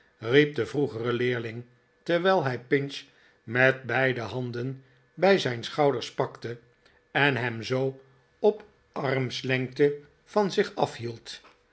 riep de vroegere leerling terwijl hij pinch met beide handen bij zijn schouders pakte en hem zoo op armslengte van zich afhield